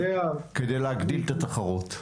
כדי להגדיל את התחרות.